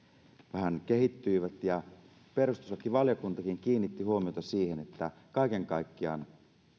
vähän kehittyivät perustuslakivaliokuntakin kiinnitti huomiota siihen että kaiken kaikkiaan